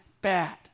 bad